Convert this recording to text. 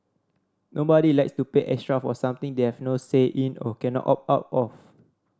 nobody likes to pay extra for something they have no say in or cannot opt out of